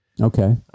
Okay